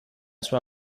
sua